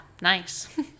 Nice